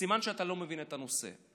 סימן שאתה לא מבין את הנושא.